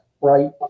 right